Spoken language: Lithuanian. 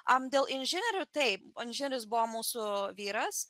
dėl inžinierių taip inžinierius buvo mūsų vyras